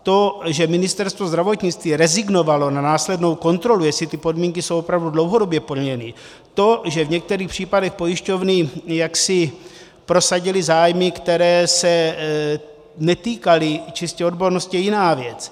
To, že Ministerstvo zdravotnictví rezignovalo na následnou kontrolu, jestli ty podmínky jsou opravdu dlouhodobě plněny, to, že v některých případech pojišťovny jaksi prosadily zájmy, které se netýkaly čistě odbornosti, je jiná věc.